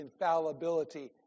infallibility